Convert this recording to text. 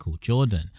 Jordan